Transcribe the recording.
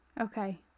Okay